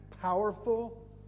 powerful